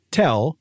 tell